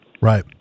Right